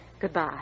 Goodbye